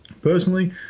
Personally